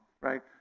right